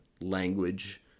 language